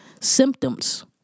symptoms